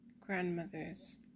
grandmother's